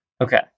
Okay